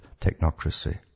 technocracy